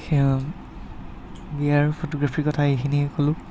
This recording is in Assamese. সেয়া বিয়াৰ ফটোগ্ৰাফীৰ কথা এইখিনিয়ে ক'লোঁ